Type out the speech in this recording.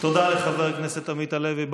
תודה לחבר הכנסת עמית הלוי.